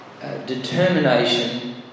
determination